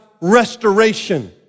restoration